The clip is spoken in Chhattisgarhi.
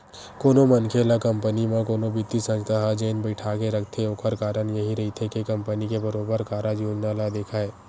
कोनो मनखे ल कंपनी म कोनो बित्तीय संस्था ह जेन बइठाके रखथे ओखर कारन यहीं रहिथे के कंपनी के बरोबर कारज योजना ल देखय